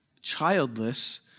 childless